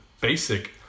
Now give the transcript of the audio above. basic